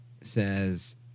says